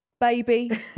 Baby